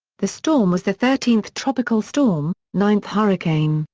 the storm was the thirteenth tropical storm, ninth hurricane,